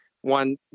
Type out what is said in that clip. one